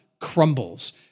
crumbles